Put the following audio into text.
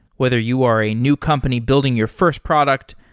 whether you are a new company building your first product,